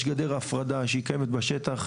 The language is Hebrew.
יש גדר הפרדה שהיא קיימת בשטח,